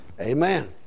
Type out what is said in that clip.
Amen